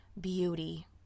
beauty